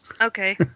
Okay